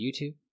youtube